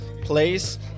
place